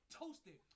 toasted